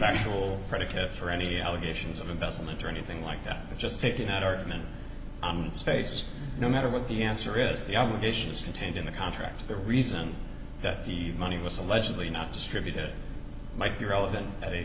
actual predicate for any allegations of investment or anything like that but just taking that argument on space no matter what the answer is the obligation is contained in the contract the reason that the money was allegedly not distributed might be relevant at a